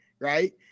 Right